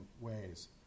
ways